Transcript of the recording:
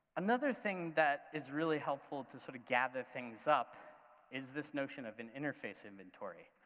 another thing that is really helpful to sort of gather things up is this notion of an interface inventory.